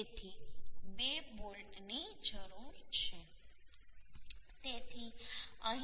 તેથી 2 બોલ્ટની જરૂર છે